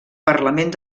parlament